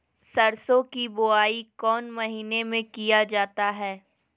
सरसो की बोआई कौन महीने में किया जाता है?